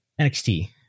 NXT